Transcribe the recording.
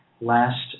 last